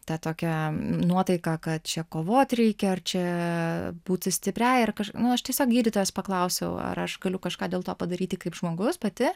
tą tokią nuotaiką kad čia kovot reikia ar čia būti stipriai ir nu aš tiesiog gydytojos paklausiau ar aš galiu kažką dėl to padaryti kaip žmogus pati